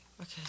Okay